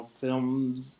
films